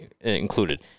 included